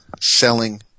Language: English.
selling